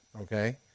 okay